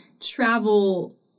Travel